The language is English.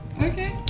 Okay